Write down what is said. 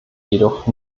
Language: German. jedoch